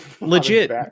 legit